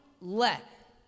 let